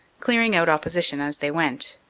clear ing out opposition as they went,